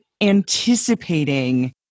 anticipating